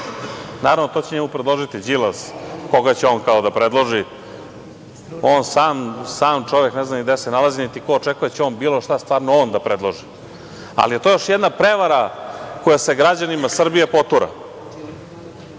Naravno, to će njemu predložiti Đilas koga će on da predloži. On sam čovek ne zna ni gde se nalazi, niti ko očekuje da će on bilo šta stvarno on da predloži. To je još jedna prevara koja se građanima Srbije potura.